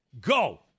Go